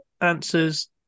answers